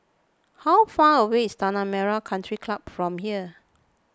how far away is Tanah Merah Country Club from here